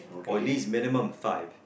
or least minimum five